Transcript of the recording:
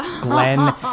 Glenn